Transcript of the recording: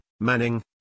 manning